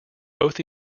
both